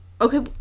okay